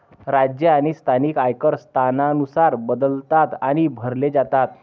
राज्य आणि स्थानिक आयकर स्थानानुसार बदलतात आणि भरले जातात